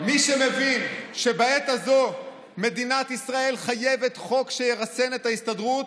מי שמבין שבעת הזו מדינת ישראל חייבת חוק שירסן את ההסתדרות,